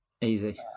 Easy